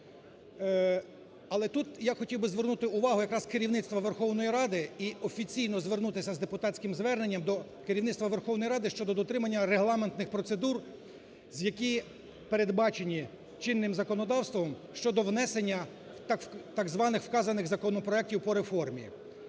Але тут я хотів би звернути увагу якраз керівництва Верховної Ради і офіційно звернутися з депутатським зверненням до керівництва Верховної Ради щодо дотримання регламентних процедур, які передбачені чинним законодавством щодо внесення так званих вказаних законопроектів по реформі.